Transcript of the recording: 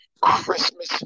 Christmas